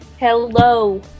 Hello